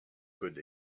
could